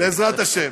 בעזרת השם.